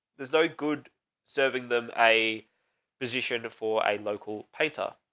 there's no good serving them. a position for a local pater.